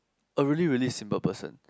oh really really simple person